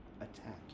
attack